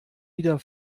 wieder